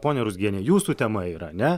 ponia ruzgiene jūsų tema yra ne